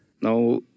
Now